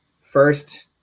first